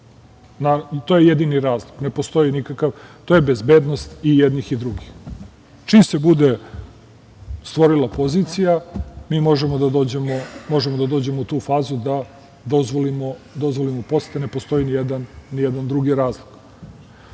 To je jedini razlog. To je bezbednost i jednih i drugih. Čim se bude stvorila pozicija, mi možemo da dođemo u tu fazu da dozvolimo posete. Ne postoji ni jedan drugi razlog. Da